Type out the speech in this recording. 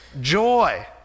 Joy